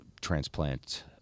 transplant